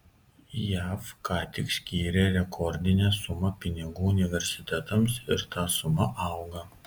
jav ką tik skyrė rekordinę sumą pinigų universitetams ir ta suma auga